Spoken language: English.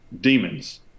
demons